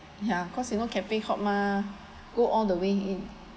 ya cause you know cafe hop mah go all the way